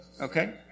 Okay